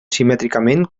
simètricament